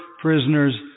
prisoners